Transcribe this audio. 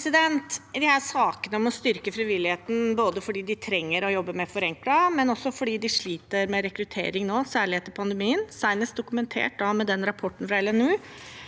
sakene om å styrke frivilligheten, både fordi de trenger å jobbe mer forenklet, og fordi de sliter med rekruttering nå, særlig etter pandemien, senest dokumentert med rapporten fra LNU,